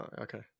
Okay